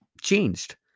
changed